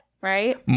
right